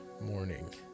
morning